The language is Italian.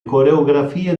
coreografie